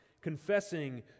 confessing